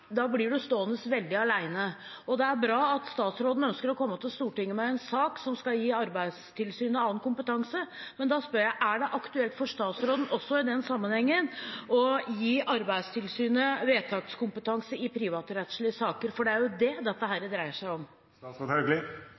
er bra at statsråden ønsker å komme til Stortinget med en sak som skal gi Arbeidstilsynet annen kompetanse, men da spør jeg: Er det aktuelt for statsråden i den sammenhengen også å gi Arbeidstilsynet vedtakskompetanse i privatrettslige saker? Det er jo det dette dreier seg om.